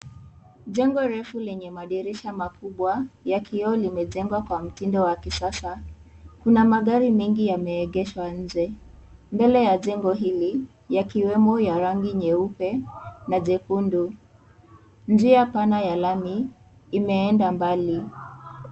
Jengo refu lenye madirisha makubwa ya kioo limejengwa kwa mtindo wa kisasa kuna magari mengi yameegeshwa nje mbele ya jengo hili yakiwemo ya rangi nyeupe na jekundu, njia pana ya lami imeenda mbali.